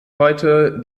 heute